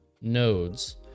nodes